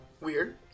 weird